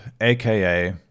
aka